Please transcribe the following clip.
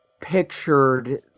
pictured